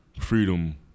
freedom